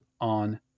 on